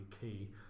key